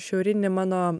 šiaurinį mano